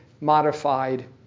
modified